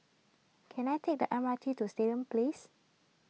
can I take the M R T to Stadium Place